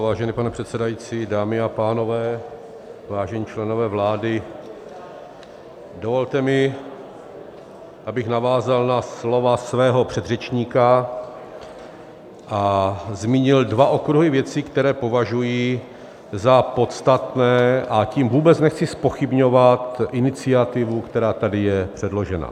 Vážený pane předsedající, dámy a pánové, vážení členové vlády, dovolte mi, abych navázal na slova svého předřečníka a zmínil dva okruhy věcí, které považuji za podstatné, a tím vůbec nechci zpochybňovat iniciativu, která tady je předložena.